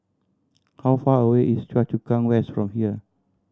how far away is Choa Chu Kang West from here